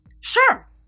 Sure